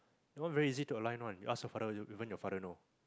that one very easy to align ah you ask your father even your father know